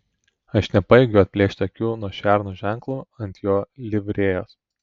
aš nepajėgiu atplėšti akių nuo šerno ženklo ant jo livrėjos